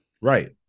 Right